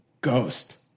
ghost